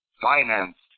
financed